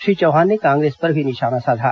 श्री चौहान ने कांग्रेस पर भी निशाना साधा